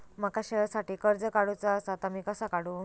माका शेअरसाठी कर्ज काढूचा असा ता मी कसा काढू?